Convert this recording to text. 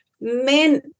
men